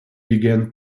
began